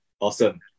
Awesome